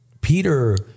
Peter